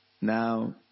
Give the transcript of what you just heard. Now